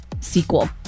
sequel